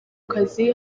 kazi